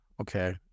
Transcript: okay